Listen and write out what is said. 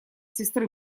сестры